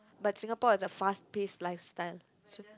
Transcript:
but Singapore is a fast paced lifestyle